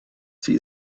sie